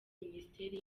minisiteri